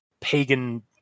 pagan